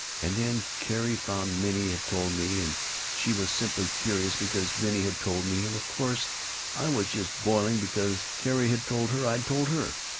and then carrie found minnie had told me, and she was simply furious because minnie had told me, and of course i was just boiling because carrie had told her i'd told her,